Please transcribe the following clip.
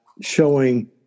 showing